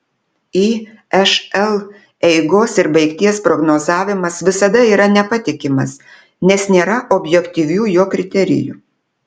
išl eigos ir baigties prognozavimas visada yra nepatikimas nes nėra objektyvių jo kriterijų